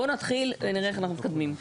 בואו נתחיל ונראה איך אנחנו מתקדמים.